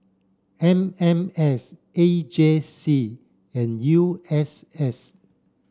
M M S A J C and U S S